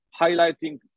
highlighting